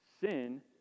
Sin